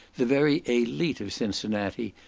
the very elite of cincinnati,